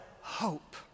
hope